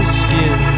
skin